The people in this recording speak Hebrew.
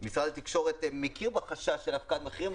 משרד התקשורת מכיר בחשש של הפקעת מחירים,